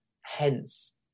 Hence